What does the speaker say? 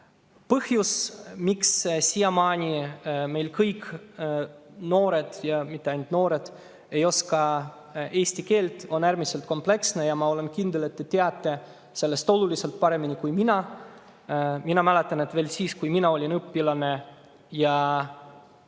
Põhjus, miks meil siiamaani kõik noored – ja mitte ainult noored – ei oska eesti keelt, on äärmiselt kompleksne. Ma olen kindel, et te teate seda kõike oluliselt paremini kui mina. Mina mäletan, et veel siis, kui mina olin õpilane ja